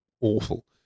awful